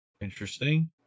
Interesting